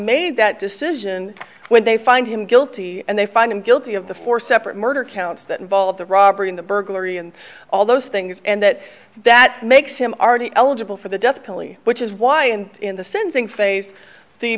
made that decision when they find him guilty and they find him guilty of the four separate murder counts that involve the robbery in the burglary and all those things and that that makes him already eligible for the death penalty which is why and in the sensing phase the